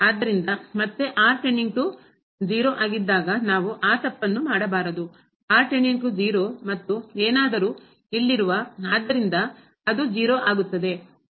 ಆದ್ದರಿಂದ ಮತ್ತೆ ಆಗಿದ್ದಾಗ ನಾವು ಆ ತಪ್ಪನ್ನು ಮಾಡಬಾರದು ಮತ್ತು ಏನಾದರೂ ಇಲ್ಲಿರುವ ಆದ್ದರಿಂದ ಅದು 0 ಆಗುತ್ತದೆ ಇಲ್ಲ